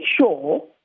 sure